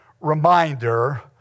reminder